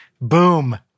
Boom